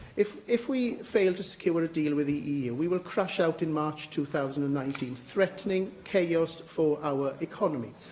if if we fail to secure a deal with the eu, we will crash out in march two thousand and nineteen, threatening chaos for our economy.